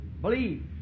Believe